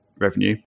revenue